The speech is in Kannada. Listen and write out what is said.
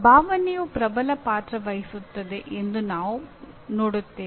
ಭಾವನೆಯು ಪ್ರಬಲ ಪಾತ್ರ ವಹಿಸುತ್ತದೆ ಎಂದು ನಾವು ನೋಡುತ್ತೇವೆ